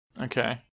Okay